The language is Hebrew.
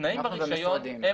התנאים ברישיון,